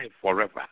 forever